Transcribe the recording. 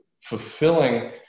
fulfilling